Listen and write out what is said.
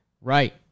right